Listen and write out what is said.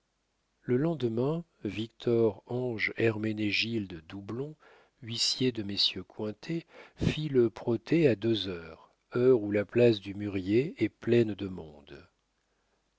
le lendemain victor ange herménégilde doublon huissier de messieurs cointet fit le protêt à deux heures heure où la place du mûrier est pleine de monde